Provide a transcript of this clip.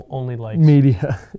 media